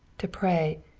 to pray,